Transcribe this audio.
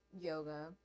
yoga